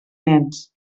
nens